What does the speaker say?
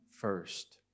first